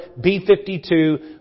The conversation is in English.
B-52